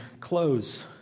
close